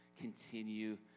continue